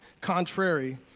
contrary